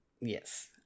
Yes